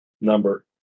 number